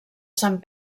sant